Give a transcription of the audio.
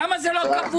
למה זה לא קבוע?